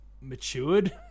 matured